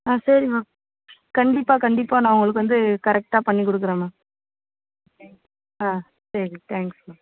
ஆ சரி மேம் கண்டிப்பாக கண்டிப்பாக நான் உங்களுக்கு வந்து கரெக்டாக பண்ணி கொடுக்குறேன் மேம் ஆ சேரி தேங்க்ஸ் மேம்